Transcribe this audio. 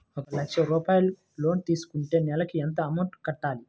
ఒక లక్ష రూపాయిలు లోన్ తీసుకుంటే నెలకి ఎంత అమౌంట్ కట్టాలి?